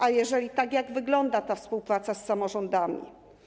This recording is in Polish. A jeżeli tak, to jak wygląda ta współpraca z samorządami?